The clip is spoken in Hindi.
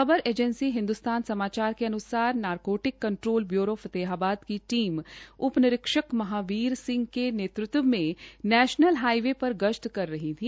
खबर एजेंसी हिन्दुस्थान समाचार के अन्सार नारकोटिक कंट्रोल ब्यूरो फतेहाबाद की टीम उप निरीक्षक महाबीर सिंह के नेतृत्व में राष्ट्रीय राजमार्ग पर गश्त कर रही थी